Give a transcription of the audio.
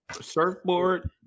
surfboard